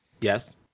Yes